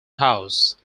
house